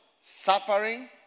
suffering